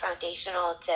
foundational